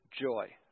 joy